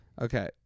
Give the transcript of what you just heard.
Okay